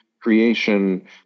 Creation